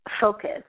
focus